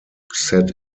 set